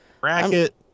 Bracket